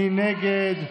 מי נגד?